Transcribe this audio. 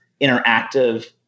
interactive